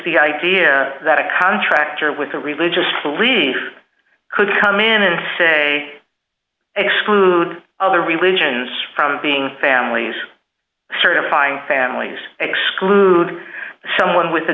the idea that a contractor with a religious belief could come in and say exclude other religions from being families certify families exclude someone with a